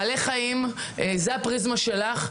בעלי חיים זו הפריזמה שלך,